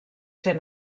fer